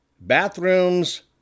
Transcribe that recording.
bathrooms